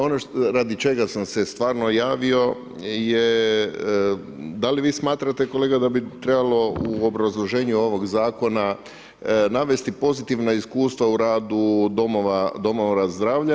Ono radi čega sam se stvarno javio je da li vi smatrate kolega da bi trebalo u obrazloženju ovoga zakona navesti pozitivna iskustva u radu domova zdravlja?